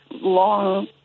long